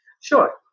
Sure